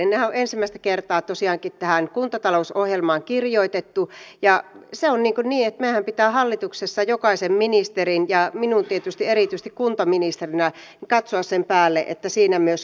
nehän on ensimmäistä kertaa tosiaankin tähän kuntatalousohjelmaan kirjoitettu ja se on niin että meidänhän pitää hallituksessa jokaisen ministerin ja minun tietysti erityisesti kuntaministerinä katsoa sen päälle että siinä myös kestetään